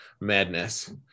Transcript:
madness